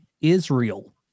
Israel